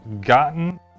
gotten